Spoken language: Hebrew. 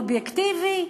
אובייקטיבי?